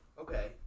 Okay